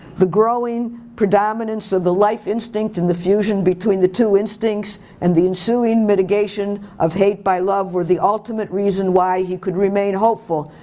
the growing predominance of the life instinct and the fusion between the two instincts, and the ensuing mitigation of hate by love were the ultimate reason why he could remain hopeful,